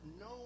no